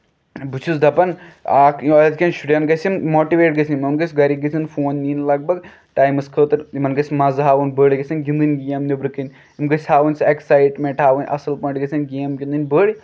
بہٕ چھُس دَپان اکھ أزکین شُرٮ۪ن گژھِ یِن موٹویٹ گژھِنۍ یِمن گژھِ گرِکۍ گژھن فون نِنۍ لگ بگ ٹایمَس خٲطرٕ یِمن گژھِ مَزٕ ہاوُن بٔڑۍ گژھن گِندٕنۍ گیم نیبرٕ کَنۍ یِم گژھِ ہاوٕنۍ سُہ اٮ۪کسایٹمینٹ ہاوٕنۍ اَصٕل پٲٹھۍ گژھن گیم گِندٕنۍ بٔڑۍ